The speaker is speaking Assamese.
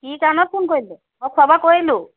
কি কাৰণত ফোন কৰিলে অঁ খোৱা বোৱা কৰিলোঁ